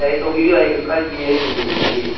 ꯌꯥꯏꯌꯦ ꯇꯧꯕꯤꯌꯨ ꯌꯥꯏꯌꯦ ꯀꯩꯁꯨ ꯀꯥꯏꯗꯤꯌꯦ ꯑꯩ ꯑꯗꯨꯝ ꯌꯦꯡꯁꯤꯟꯖꯒꯦ